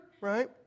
Right